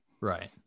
Right